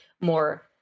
more